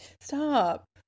stop